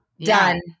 Done